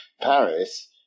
Paris